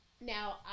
now